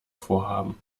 vorhaben